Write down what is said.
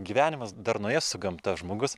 gyvenimas darnoje su gamta žmogus